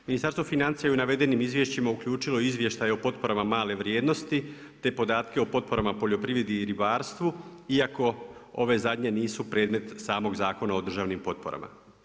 Ministarstvo financija je u navedenim izvješćima uključilo izvještaj o potporama male vrijednosti, te podatke o potporama poljoprivredi i ribarstvu iako ove zadnje nisu predmet samog Zakona o državnim potporama.